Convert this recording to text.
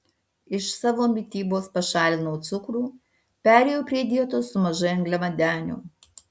iš savo mitybos pašalinau cukrų perėjau prie dietos su mažai angliavandenių